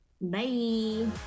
Bye